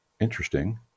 interesting